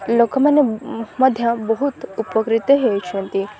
ଲୋକମାନେ ମଧ୍ୟ ବହୁତ ଉପକୃତ ହେଉଛନ୍ତି